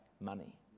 money